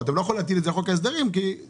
אתה לא יכול להטיל את זה על חוק ההסדרים כי --- ינון,